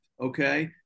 okay